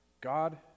God